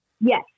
Yes